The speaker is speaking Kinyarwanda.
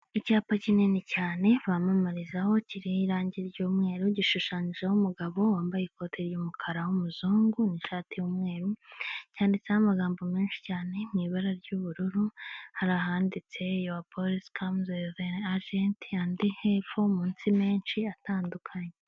Icyapa kinini cyane bamamarizaho kiriho irangi ry'umweru gishushanyijeho umugabo wambaye ikote ry'umukara w'umuzungu, n'ishati y'umweru, cyanditseho amagambo menshi cyane mu ibara ry'ubururu, hari ahanditse yuwa polisi kamuzi wivu eni ajeti, andi hepfo munsi menshi atandukanye.